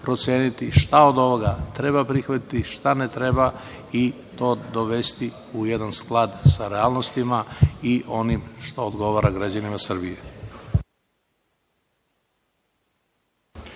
šta od ovoga treba prihvatiti, šta ne treba i to dovesti u jedan sklad sa realnošću i onim što odgovara građanima Srbije.